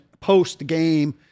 post-game